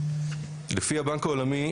לפי הבנק העולמי,